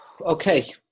Okay